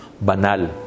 banal